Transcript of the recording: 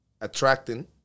attracting